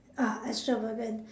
ah extravagant